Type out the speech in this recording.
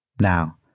Now